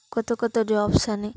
క్రొత్త క్రొత్త జాబ్స్ అని